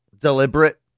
deliberate